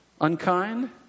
Unkind